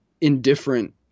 indifferent